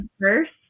first